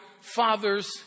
father's